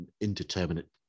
indeterminate